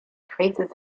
traces